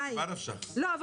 אבל גם הסעיפים